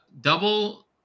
double